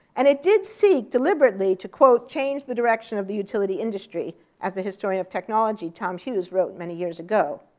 and it did seek deliberately to, quote, change the direction of the utility industry as the historian of technology tom hughes wrote many years ago.